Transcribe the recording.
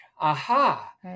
Aha